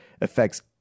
affects